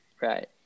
right